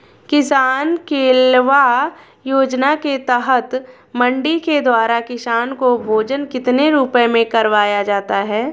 किसान कलेवा योजना के तहत मंडी के द्वारा किसान को भोजन कितने रुपए में करवाया जाता है?